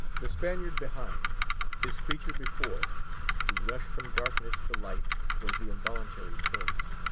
the spaniard behind his creature before to rush from darkness to light was the involuntary choice.